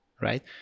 right